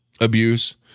abuse